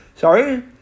Sorry